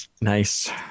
Nice